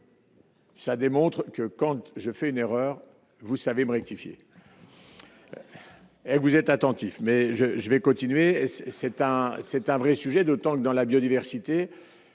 ça démontre que quand je fais une erreur, vous savez moi rectifier. Et vous êtes attentif mais je, je vais continuer, c'est un, c'est un vrai sujet d'autant que dans la biodiversité,